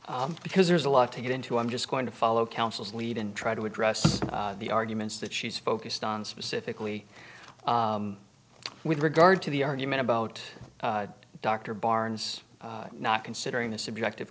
q because there's a lot to get into i'm just going to follow counsel's lead and try to address the arguments that she's focused on specifically with regard to the argument about dr barnes not considering the subjective